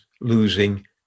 losing